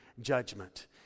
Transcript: judgment